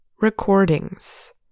recordings